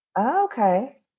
Okay